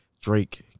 Drake